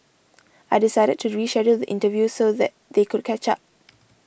I decided to reschedule the interview so that they could catch up